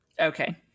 Okay